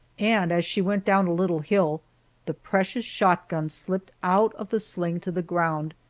and as she went down a little hill the precious shotgun slipped out of the sling to the ground,